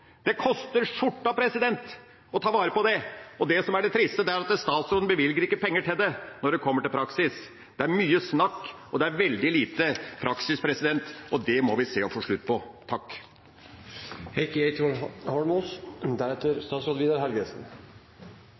Det «koster skjorta» å ta vare på det, og det som er det triste, er at statsråden ikke bevilger penger til det når det kommer til praksis. Det er mye snakk og veldig lite praksis, og det må vi se å få slutt på.